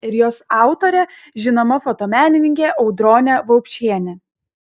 ir jos autorė žinoma fotomenininkė audronė vaupšienė